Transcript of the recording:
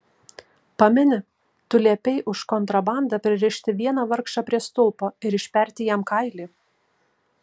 pameni tu liepei už kontrabandą pririšti vieną vargšą prie stulpo ir išperti jam kailį